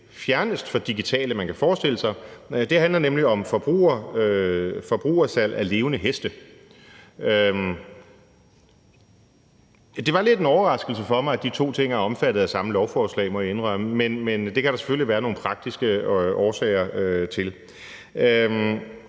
det fjerneste fra det digitale, man kan forestille sig. Det handler nemlig om forbrugersalg af levende heste. Det var lidt en overraskelse for mig, at de to ting er omfattet af samme lovforslag, må jeg indrømme, men det kan der jo selvfølgelig være nogle praktiske årsager til.